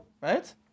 Right